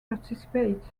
participate